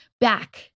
back